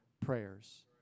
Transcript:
prayers